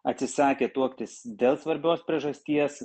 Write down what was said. atsisakė tuoktis dėl svarbios priežasties